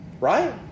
right